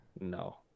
No